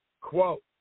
quote